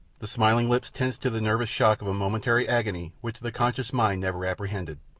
the smiling lips tensed to the nervous shock of a momentary agony which the conscious mind never apprehended,